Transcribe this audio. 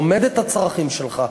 לומד את הצרכים שלך,